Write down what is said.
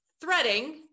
threading